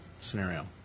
scenario